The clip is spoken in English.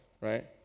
right